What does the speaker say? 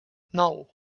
nou